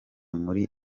muri